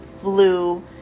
flu